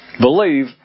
believe